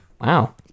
Wow